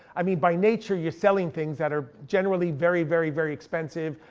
i mean by nature you're selling things that are generally very very very expensive.